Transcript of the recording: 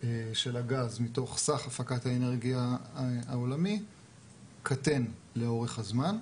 של הגז מתוך סך הפקת אנרגיה העולמי קטן לאורך הזמן,